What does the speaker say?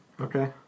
Okay